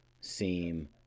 Seem